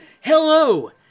hello